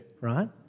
right